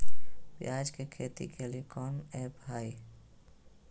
प्याज के खेती के लिए कौन ऐप हाय?